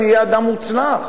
אם יהיה אדם מוצלח?